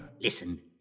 Listen